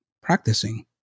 practicing